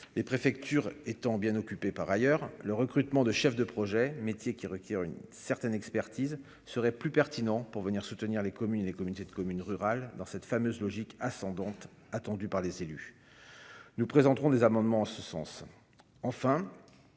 les préfectures étant bien occupé par ailleurs le recrutement de chef de projet, métier qui requiert une certaine expertise serait plus pertinent pour venir soutenir les communes et les communautés de communes rurales dans cette fameuse logique ascendante attendu par les élus, nous présenterons des amendements en ce sens,